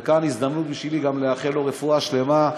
וכאן הזדמנות בשבילי גם לאחל לו רפואה שלמה,